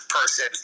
person